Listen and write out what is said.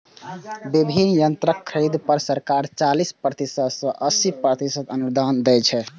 विभिन्न यंत्रक खरीद पर सरकार चालीस प्रतिशत सं अस्सी प्रतिशत अनुदान दै छै